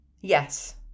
Yes